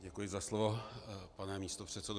Děkuji za slovo, pane místopředsedo.